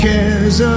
cares